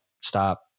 stop